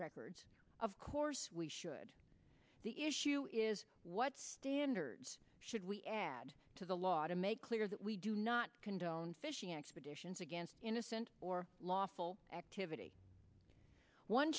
records of course we should the issue is what standards should we add to the law to make clear that we do not condone fishing expeditions against innocent or lawful activity one